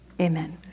Amen